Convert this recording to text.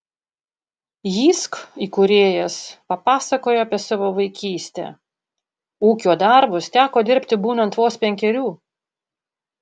jysk įkūrėjas papasakojo apie savo vaikystę ūkio darbus teko dirbti būnant vos penkerių